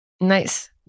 Nice